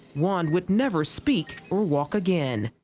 juan would never speak or walk again.